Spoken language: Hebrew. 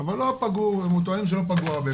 אבל הוא טוען שלא פגעו הרבה.